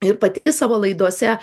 ir pati savo laidose